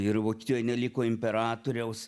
ir vokietijoj neliko imperatoriaus